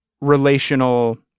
relational